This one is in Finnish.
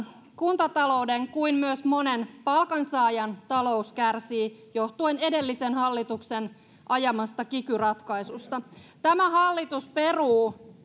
kuntatalouden kuin myös monen palkansaajan talous kärsii johtuen edellisen hallituksen ajamasta kiky ratkaisusta tämä hallitus peruu